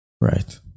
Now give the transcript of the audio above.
right